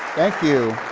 thank you.